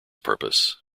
purpose